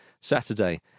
Saturday